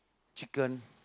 chicken